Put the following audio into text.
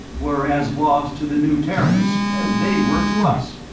were as lost to the new terrans as they were to us.